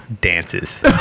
dances